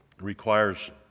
requires